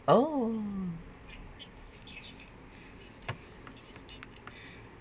oh